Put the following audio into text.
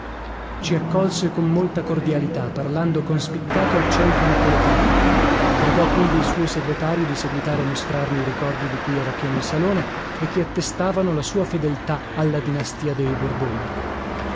ci accolse con molta cordialità parlando con spiccato accento napoletano pregò quindi il suo segretario di seguitare a mostrarmi i ricordi di cui era pieno il salone e che attestavano la sua fedeltà alla dinastia dei borboni